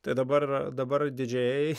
tai dabar dabar didžėjai